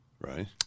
Right